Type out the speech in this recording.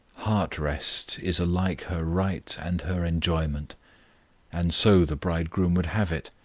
heart-rest is alike her right and her enjoyment and so the bridegroom would have it.